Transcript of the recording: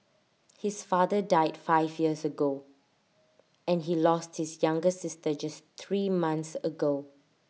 his father died five years ago and he lost his younger sister just three months ago